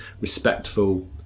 respectful